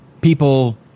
people